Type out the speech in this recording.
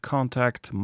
Contact